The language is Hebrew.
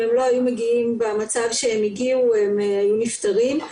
אם הם לא היו מגיעים במצב שהם הגיעו הם היו נפטרים.